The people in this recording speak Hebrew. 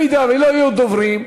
אם לא יהיו דוברים,